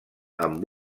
amb